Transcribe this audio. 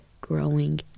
growing